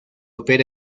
opera